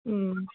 ம்